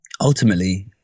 ultimately